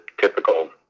typical